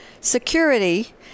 security